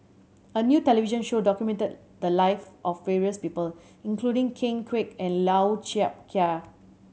a new television show documented the lives of various people including Ken Kwek and Lau Chiap Khai